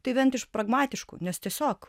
tai bent iš pragmatiškų nes tiesiog